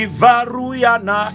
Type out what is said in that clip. Ivaruyana